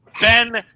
ben